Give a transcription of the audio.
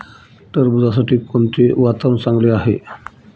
टरबूजासाठी कोणते वातावरण चांगले आहे?